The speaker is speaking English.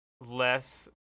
less